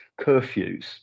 curfews